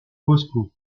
bosco